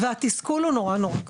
והתסכול הוא נורא נורא גדול.